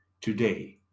today